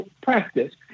practice